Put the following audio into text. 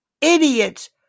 idiots